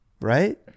Right